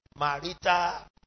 Marita